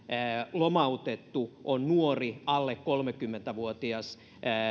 lomautettu on nuori alle kolmekymmentä vuotias